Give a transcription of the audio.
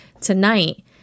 tonight